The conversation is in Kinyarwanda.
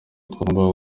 twagombaga